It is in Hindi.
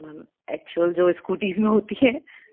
मानो एक्चुअल जो स्कूटीज़ मे होती है